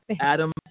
Adam